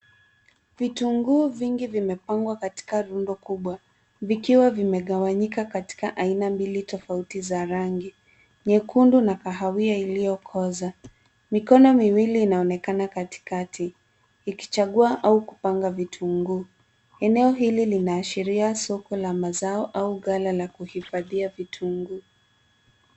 Vitunguu vingi vimepangwa katika rundo kubwa vikiwa vimegawanyika katika aina mbili tofauti za rangi nyekundi na kahawia iliyokoza. Mikono miwili inaonekana katikati ikichagua au kupanga vitunguu. Eneo hili linaashiria soko la mazao au ghala la kuhifadhia vitunguu.